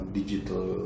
digital